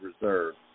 reserve